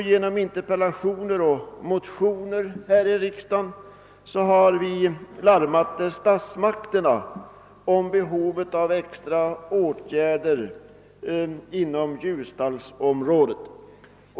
Genom interpellatio ner och motioner här i riksdagen har vi larmat statsmakterna om behovet av extra åtgärder inom detta område.